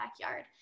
backyard